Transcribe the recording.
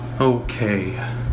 Okay